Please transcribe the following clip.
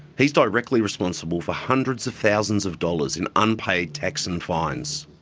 he's directly responsible for hundreds of thousands of dollars in unpaid tax and fines.